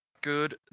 Good